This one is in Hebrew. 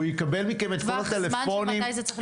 הוא יקבל מכם את כל הטלפונים --- מתי זה צריך להיות?